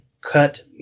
cut